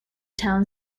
town